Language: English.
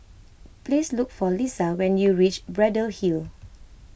please look for Lissa when you reach Braddell Hill